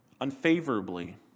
unfavorably